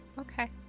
okay